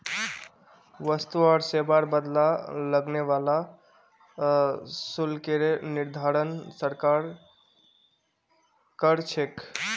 वस्तु आर सेवार बदला लगने वाला शुल्केर निर्धारण सरकार कर छेक